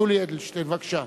יולי אדלשטיין, בבקשה.